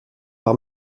par